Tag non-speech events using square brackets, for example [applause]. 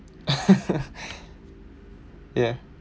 [laughs] ya